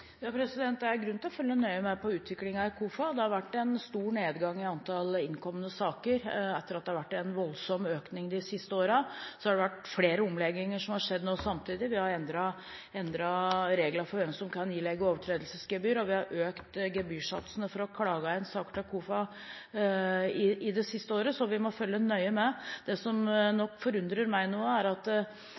Det er grunn til å følge nøye med på utviklingen i KOFA. Det har vært en stor nedgang i antall innkomne saker. Etter at det har vært en voldsom økning de siste årene, har det vært flere omlegginger som har skjedd samtidig. Vi har endret reglene for hvem som kan ilegge overtredelsesgebyr, og vi har økt gebyrsatsene for å klage inn saker til KOFA det siste året, så vi må følge nøye med. Det som nok forundrer meg noe, er at